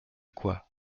quoi